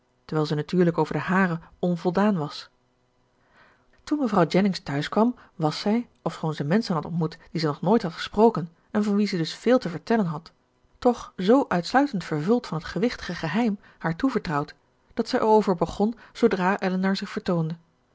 terwijl zij natuurlijk over de hare onvoldaan was toen mevrouw jennings thuiskwam was zij ofschoon ze menschen had ontmoet die ze nog nooit had gesproken en van wie ze dus veel te vertellen had toch zoo uitsluitend vervuld van het gewichtige geheim haar toevertrouwd dat zij erover begon zoodra elinor zich vertoonde